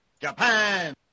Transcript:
Japan